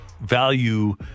value